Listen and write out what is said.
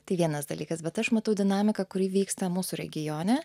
tai vienas dalykas bet aš matau dinamiką kuri vyksta mūsų regione